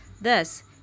Thus